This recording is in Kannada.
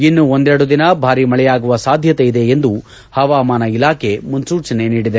ಇನ್ನೂ ಒಂದೆರಡು ದಿನ ಭಾರಿ ಮಳೆಯಾಗುವ ಸಾಧ್ಯತೆಯಿದೆ ಎಂದು ಹವಾಮಾನ ಇಲಾಖೆ ಮುನ್ನೂಚನೆ ನೀಡಿದೆ